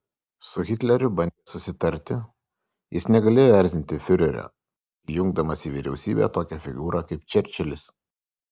su hitleriu bandė susitarti jis negalėjo erzinti fiurerio įjungdamas į vyriausybę tokią figūrą kaip čerčilis